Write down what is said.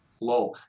low